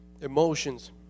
emotions